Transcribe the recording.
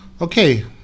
Okay